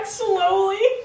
slowly